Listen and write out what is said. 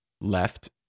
left